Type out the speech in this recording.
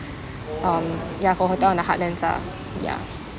um ya for hotel in the heartlands lah ya